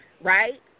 right